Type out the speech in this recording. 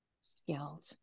skilled